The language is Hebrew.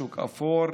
שוק אפור,